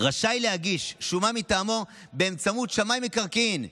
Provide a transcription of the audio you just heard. רשאי להגיש שומה מטעמו באמצעות שמאי מקרקעין,